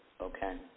Okay